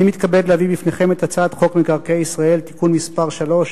אני מתכבד להביא בפניכם את הצעת חוק מקרקעי ישראל (תיקון מס' 3),